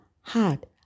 hard